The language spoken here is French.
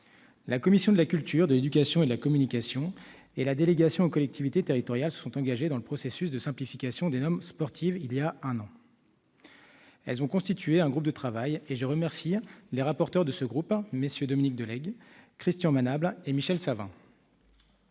La commission de la culture, de l'éducation et de la communication et la délégation aux collectivités territoriales se sont engagées dans le processus de simplification des normes sportives il y a un an. Elles ont constitué un groupe de travail, et je remercie les rapporteurs de ce groupe, MM. Dominique de Legge, Christian Manable et Michel Savin.